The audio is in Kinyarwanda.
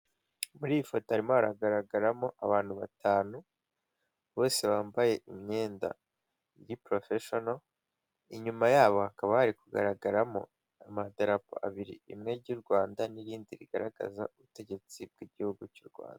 Muri iyi foto harimo haragaragaramo abantu batanu bose bambaye imyenda iri porofeshono, inyuma yabo hakaba hari kugaragaramo amadarapo abiri rimwe ry' u Rwanda n'irindi rigaragaza ubutegetsi bw'igihugu cy' u Rwanda.